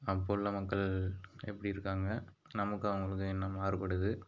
அப்போ உள்ள மக்கள் எப்படி இருக்காங்க நமக்கும் அவங்களுக்கு என்ன மாறுபடுது